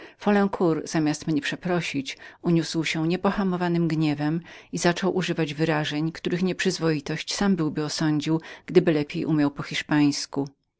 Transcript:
zamiast przeproszenia mnie uniósł się niepohamowanym gniewem i zaczął używać wyrażeń których nieprzyzwoitość lepiej byłby osądził gdyby był umiał po hiszpańsku